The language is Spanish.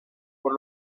por